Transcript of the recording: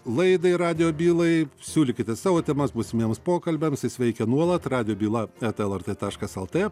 laidai radijo bylai siūlykite savo temas būsimiems pokalbiams jis veikia nuolat radijo byla eta lrt taškas lt